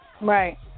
right